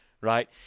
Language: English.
Right